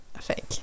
fake